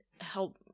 help